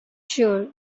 sure